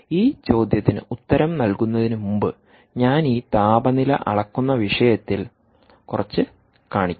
ഈ ചോദ്യത്തിന് ഉത്തരം നൽകുന്നതിനുമുമ്പ് ഞാൻ ഈ താപനില അളക്കുന്ന വിഷയത്തിൽകുറച്ച് കാണിക്കും